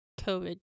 covid